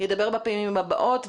ידבר בפעמים הבאות.